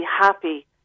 happy